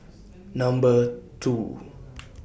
Number two